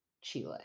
Chile